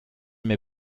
mir